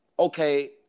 Okay